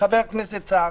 חבר הכנסת סער